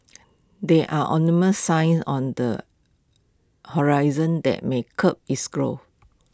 there are ominous signs on the horizon that may curb its growth